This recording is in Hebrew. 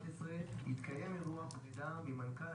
אדוני היושב-ראש, אני חוזר על העניין הזה,